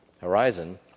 horizon